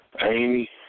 Amy